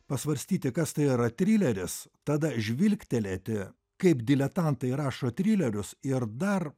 pasvarstyti kas tai yra trileris tada žvilgtelėti kaip diletantai rašo trilerius ir dar